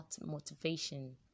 motivation